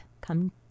come